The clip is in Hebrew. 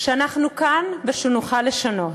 שאנחנו כאן ונוכל לשנות.